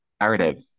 narrative